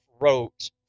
wrote